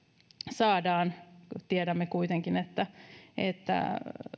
saadaan tiedämme kuitenkin että että